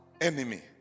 enemy